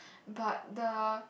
but the